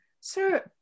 sir